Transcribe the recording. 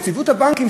של יציבות הבנקים,